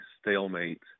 stalemate